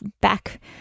back